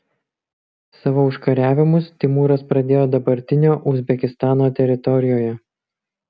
savo užkariavimus timūras pradėjo dabartinio uzbekistano teritorijoje